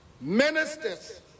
ministers